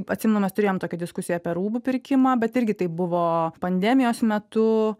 atsimenu mes turėjom tokią diskusiją apie rūbų pirkimą bet irgi taip buvo pandemijos metu